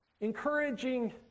encouraging